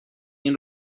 این